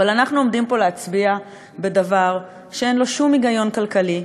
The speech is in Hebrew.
אבל אנחנו עומדים פה להצביע על דבר שאין לו שום היגיון כלכלי,